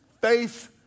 Faith